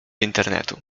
internetu